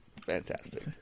Fantastic